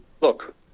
look